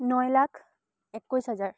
ন লাখ একৈছ হাজাৰ